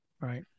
Right